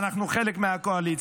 אנחנו חלק מהקואליציה.